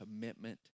commitment